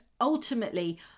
ultimately